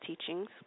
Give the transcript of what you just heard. teachings